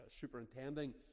superintending